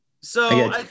So-